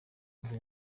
nibwo